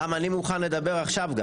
רם, אני מוכן לדבר עכשיו.